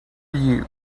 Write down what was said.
you